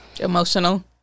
emotional